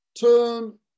Turn